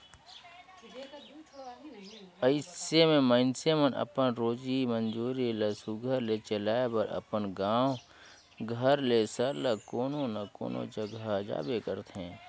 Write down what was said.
अइसे में मइनसे मन अपन रोजी मंजूरी ल सुग्घर ले चलाए बर अपन गाँव घर ले सरलग कोनो न कोनो जगहा जाबे करथे